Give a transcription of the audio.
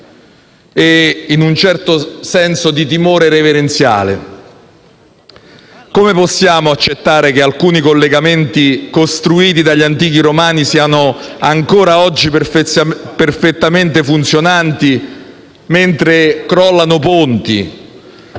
e, in un certo senso, di timore reverenziale. Come possiamo accettare che alcuni collegamenti costruiti dagli antichi romani siano ancora oggi perfettamente funzionanti mentre crollano ponti,